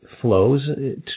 flows